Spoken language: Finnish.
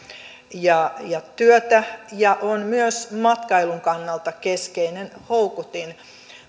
ja ja työtä ja on myös matkailun kannalta keskeinen houkutin